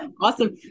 Awesome